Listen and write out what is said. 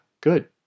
good